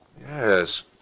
Yes